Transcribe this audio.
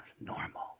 normal